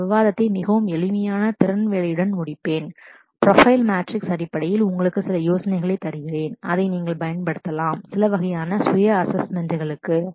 இந்த விவாதத்தை மிகவும் எளிமையான திறன் வேலையுடன் முடிப்பேன் ப்ரொபைல் profile மேட்ரிக்ஸ் matrix அடிப்படையில் உங்களுக்கு சில யோசனைகளை தருகிறேன் அதை நீங்கள் பயன்படுத்தலாம் சில வகையான சுய அஸ்ஸஸ்ட்மென்ட் களுக்கு assessment